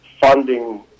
funding